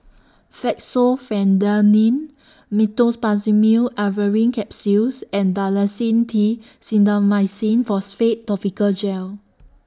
Fexofenadine Meteospasmyl Alverine Capsules and Dalacin T Clindamycin Phosphate Topical Gel